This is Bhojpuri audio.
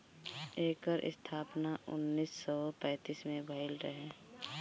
एकर स्थापना उन्नीस सौ पैंतीस में भइल रहे